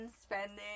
spending